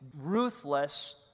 ruthless